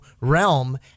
realm